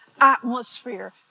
atmosphere